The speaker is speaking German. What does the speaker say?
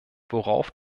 worauf